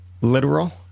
literal